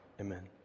Amen